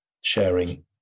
sharing